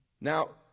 Now